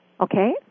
Okay